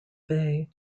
bay